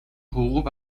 حقوق